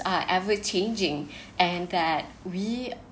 are ever changing and that we